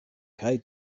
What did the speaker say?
kaj